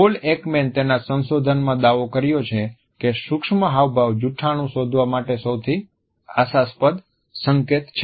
pole Ekman તેના સંશોધન માં દાવો કર્યો છે કે સૂક્ષ્મ હાવભાવ જૂઠાણું શોધવા માટે સૌથી આશાસ્પદ સંકેત છે